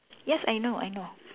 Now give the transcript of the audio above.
yes I know I know